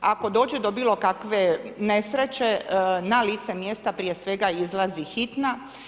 Ako dođe do bilokakve nesreće na lice mjesta prije svega izlazi hitna.